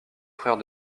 frère